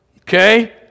Okay